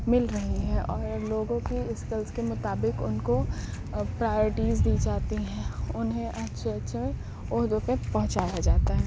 مل رہی ہے اور لوگوں کو اسکلس کے مطابق ان کو پرائیورٹیز دی جاتی ہیں انہیں اچھے اچھے عہدوں پہ پہنچایا جاتا ہے